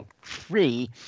free